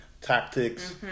tactics